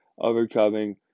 overcoming